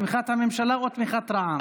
אבל מה חשוב לך, תמיכת הממשלה או תמיכת רע"מ?